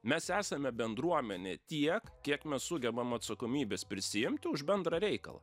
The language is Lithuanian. mes esame bendruomenė tiek kiek mes sugebam atsakomybės prisiimt už bendrą reikalą